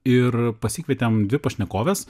ir pasikvietėm dvi pašnekovės